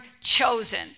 chosen